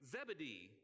Zebedee